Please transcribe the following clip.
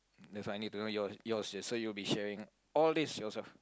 that's why I need to know yours yours is so you'll sharing all these to yourself